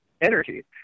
energy